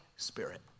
Spirit